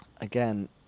again